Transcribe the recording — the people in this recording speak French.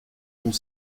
dont